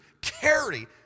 carry